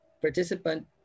participant